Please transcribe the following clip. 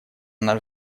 наш